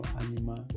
animal